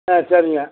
ஆ சரிங்க